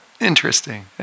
Interesting